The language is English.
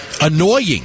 annoying